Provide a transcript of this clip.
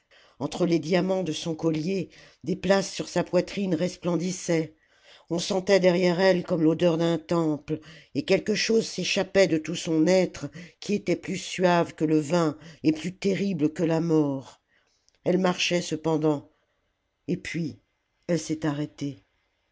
entre les diamants de son collier des places sur sa poitrine resplendissaient on sentait derrière elle comme l'odeur d'un temple et quelque chose s'échappait de tout son être qui était plus suave que le vin et plus terrible que la mort elle marchait cependant et puis elle s'est arrêtée